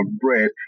bread